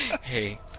hey